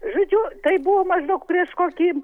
žodžiu tai buvo maždaug prieš kokį